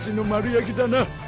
yamata yamata no